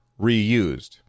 reused